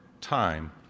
time